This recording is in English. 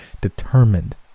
determined